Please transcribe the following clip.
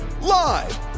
Live